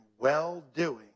well-doing